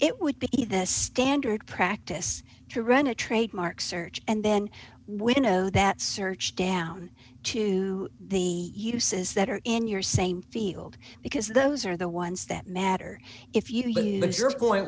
it would be standard practice to run a trademark search and then when you know that search down to the uses that are in your same field because those are the ones that matter if you lose your point